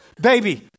baby